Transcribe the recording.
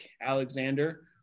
Alexander